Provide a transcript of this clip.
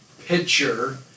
picture